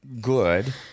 good